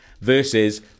versus